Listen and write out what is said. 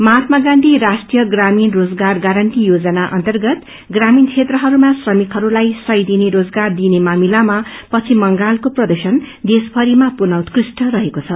महात्मा गांधी राष्ट्रिय ग्रामीण रोजगार गारण्टी योजना अर्न्तगत ग्रामीण क्षेत्रमा श्रमिकहरूलाई समय दिने रोजगार दिने मामिलामा पश्चिम बंगालको प्रर्दशन देशभरिमा पुनः उत्कृष्ट बताईएको छ